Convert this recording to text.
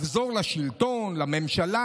לחזור לשלטון, לממשלה.